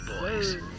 boys